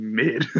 mid